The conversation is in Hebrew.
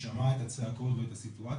ששמע את הצעקות ואת הסיטואציה,